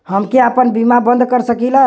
हमके आपन बीमा बन्द कर सकीला?